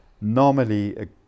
normally